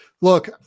look